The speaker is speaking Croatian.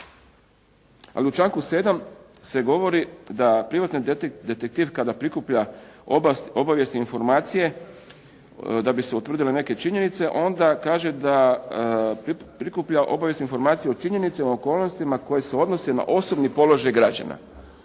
Ali u članku 7. se govori da privatna detektivka da prikuplja obavijesne informacije da bi se utvrdile neke činjenice, onda kaže da prikuplja obavijesne informacije o činjenicama, okolnostima koje se odnose na osobni položaj građana.